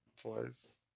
twice